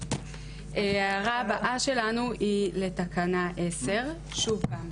ההערה הבאה שלנו היא לתקנה 10. שוב פעם,